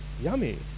Yummy